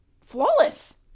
flawless